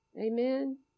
Amen